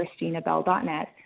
christinabell.net